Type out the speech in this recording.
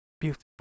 beautiful